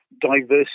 diversity